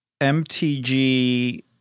MTG